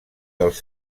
dels